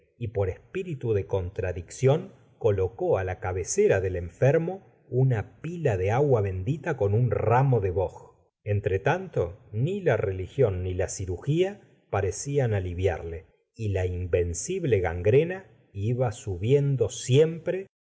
y por espiri gustavo flaubert tu de contradicción colocó á la cabecera del enfermo una pila de agua bendita con un ramo de boj entretanto ni la religión ni la cirugía parecían aliviarle y la invencible gangrena iba subiendo siempre